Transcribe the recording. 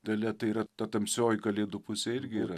dalia tai yra ta tamsioji kalėdų pusė irgi yra